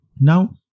Now